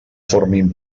formin